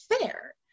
fair